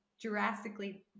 drastically